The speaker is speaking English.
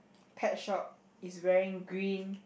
pet shop is wearing green